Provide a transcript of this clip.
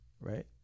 right